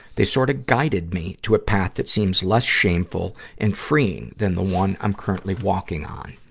they sort of guided me to a path that seems less shameful and freeing than the one i'm currently walking on.